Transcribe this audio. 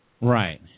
Right